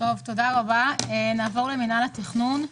נעבור למינהל התכנון.